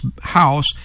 House